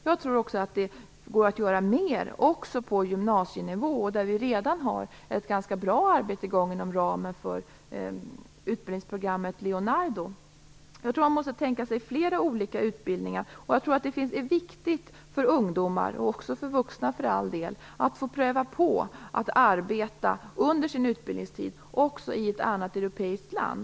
Jag tror också att det går att göra mer på gymnasienivå, där vi redan har ett ganska bra arbete i gång inom ramen för utbildningsprogrammet Jag tror att man måste tänka sig fler olika utbildningar, och jag tror att det är viktigt för ungdomar och för all del också för vuxna att under sin utbildningstid få pröva på att arbeta också i ett annat europeiskt land.